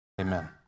Amen